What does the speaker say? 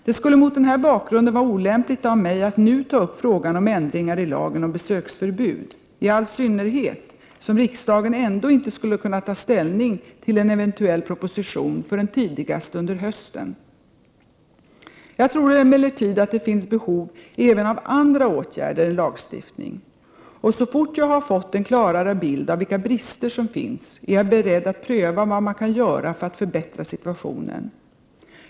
Det skulle mot den här bakgrunden var olämpligt av mig att nu ta upp frågan om ändringar i lagen om besöksförbud, i all synnerhet som riksdagen ändå inte skulle hinna ta ställning till en eventuell proposition förrän tidigast under hösten. Jag tror emellertid att det finns behov även av andra åtgärder än lagstiftning, och så fort jag har fått en klarare bild av vilka brister som finns är jag beredd att pröva vad man kan göra för att förbättra situationen.